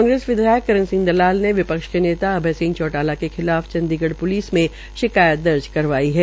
कांग्रेस विधायक करण सिंह दलाल ने विपक्ष के नेता अभय सिंह चौटाला के खिलाफ चंडीगढ़ प्लिस में शिकायत दर्ज करवाई है